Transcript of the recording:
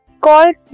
called